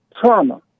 trauma